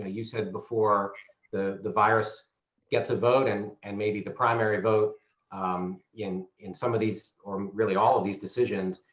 ah you said before the the virus gets a vote and and maybe the primary vote in in some of these really all of these decisions.